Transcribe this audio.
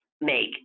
make